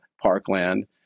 Parkland